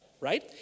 right